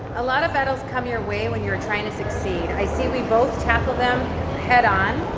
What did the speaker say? a lot of battles come your way when you're trying to succeed, i see we both tackle them head on,